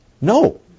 No